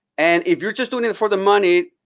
and if you're just doing it for the money,